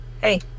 hey